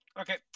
okay